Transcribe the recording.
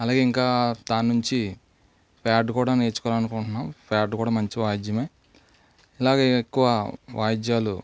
అలాగే ఇంకా దాన్నుంచి ఫ్యాడ్ కూడా నేర్చుకోవాలనుకుంటున్నాం ఫ్యాడ్ కూడా మంచి వాయిద్యమే ఇలాగే ఎక్కువ వాయిద్యాలు